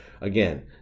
Again